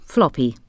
Floppy